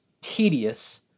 tedious